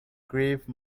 grave